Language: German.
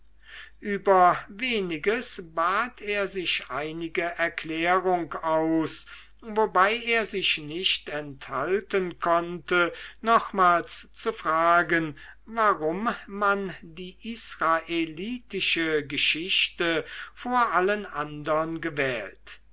über weniges bat er sich einige erklärung aus wobei er sich nicht enthalten konnte nochmals zu fragen warum man die israelitische geschichte vor allen andern gewählt